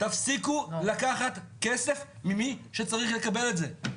תפסיקו לקחת כסף ממי שצריך לקבל את זה.